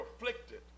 afflicted